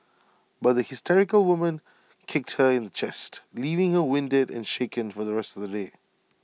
but the hysterical woman kicked her in the chest leaving her winded and shaken for the rest of the day